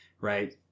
right